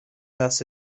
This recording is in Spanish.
las